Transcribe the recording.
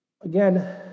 Again